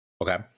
okay